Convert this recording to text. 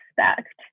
expect